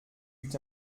eut